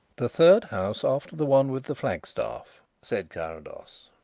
the third house after the one with the flagstaff, said carrados.